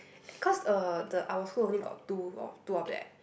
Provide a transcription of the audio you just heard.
cause uh the our school only got two got two of that